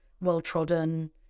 well-trodden